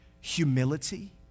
humility